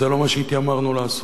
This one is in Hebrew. זה לא מה שהתיימרנו לעשות.